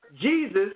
Jesus